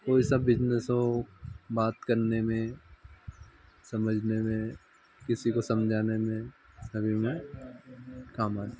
कोई सा बिजनेस हो बात करने में समझने में किसी को समझाने में सभी में काम आती